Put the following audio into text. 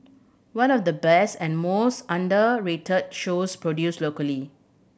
one of the best and most underrated shows produced locally